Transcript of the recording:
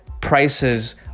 prices